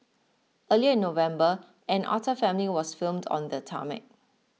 earlier in November an otter family was filmed on the tarmac